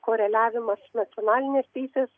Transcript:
koreliavimą su nacionalinės teisės